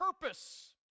purpose